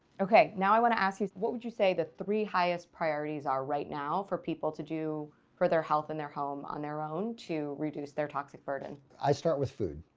okay, now i want to ask you, what would you say the three highest priorities are right now for people to do for their health in their home on their own to reduce their toxic burden. i start with food,